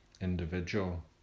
individual